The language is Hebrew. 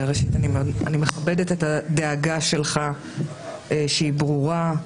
ראשית, אני מכבדת את הדאגה שלך שהיא ברורה.